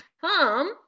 come